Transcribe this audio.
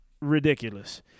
ridiculous